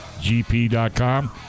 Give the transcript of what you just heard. gp.com